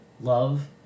love